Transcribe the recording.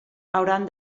hauran